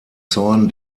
zorn